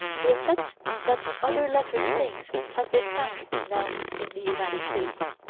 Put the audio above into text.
we accept that other lettered things have been found in mounds in the united states.